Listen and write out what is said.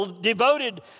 devoted